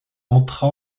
entra